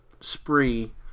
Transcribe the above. spree